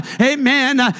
amen